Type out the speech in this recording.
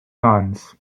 cannes